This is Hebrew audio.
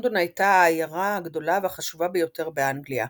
לונדון הייתה העיירה הגדולה והחשובה ביותר באנגליה.